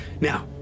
Now